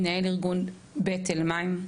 מנהל ארגון ׳בית אל מים׳,